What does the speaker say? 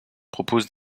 propose